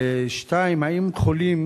2. האם חולים,